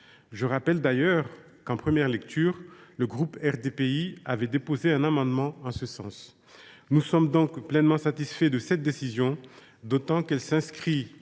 Je rappelle d’ailleurs que, en première lecture, le groupe RDPI avait déposé un amendement en ce sens. Nous sommes donc pleinement satisfaits de cette décision, d’autant qu’elle s’inscrit,